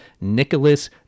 Nicholas